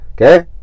Okay